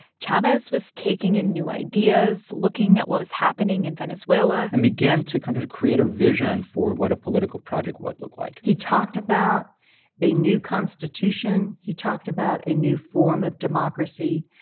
chavez was taking in new ideas, looking at what was happening in venezuela and began to kind of create a vision for what a political project would look like he talked about a new constitution. he talked about a new form of democracy.